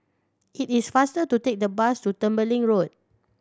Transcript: it is faster to take the bus to Tembeling Road